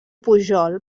pujol